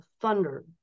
thunder